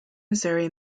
missouri